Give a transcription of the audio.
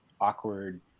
awkward